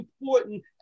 important